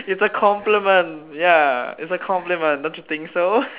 is a compliment ya is a compliment ya don't you think so